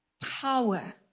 power